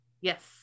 yes